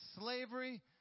slavery